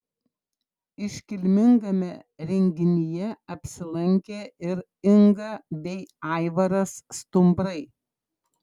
iškilmingame renginyje apsilankė ir inga bei aivaras stumbrai